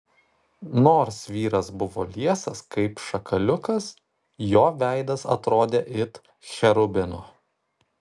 nors vyras buvo liesas kaip šakaliukas jo veidas atrodė it cherubino